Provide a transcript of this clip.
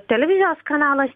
televizijos kanalas